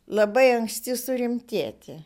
labai anksti surimtėti